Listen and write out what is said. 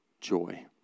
joy